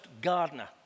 gardener